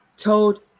Told